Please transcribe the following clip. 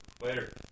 Later